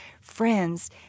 Friends